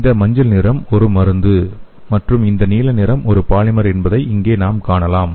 இந்த மஞ்சள் நிறம் ஒரு மருந்து மற்றும் இந்த நீல நிறம் ஒரு பாலிமர் என்பதை இங்கே நாம் காணலாம்